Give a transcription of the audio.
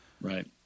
Right